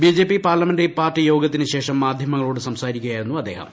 BJP parliamentary party യോഗത്തിനുശേഷം മാധ്യമങ്ങളോട് സംസാരിക്കുകയായിരുന്നു അദ്ദേഹം